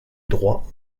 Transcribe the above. droit